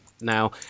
now